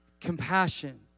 compassion